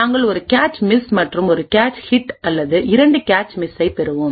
நாங்கள் ஒரு cache miss மற்றும் ஒரு கேச் ஹிட் அல்லது இரண்டு கேச் மிஸ்ஸைப் பெறுவோம்